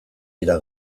dira